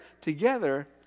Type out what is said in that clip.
together